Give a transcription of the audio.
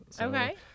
Okay